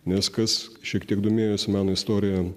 nes kas šiek tiek domėjosi meno istorija